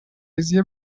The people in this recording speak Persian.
ریزی